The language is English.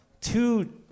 two